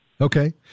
Okay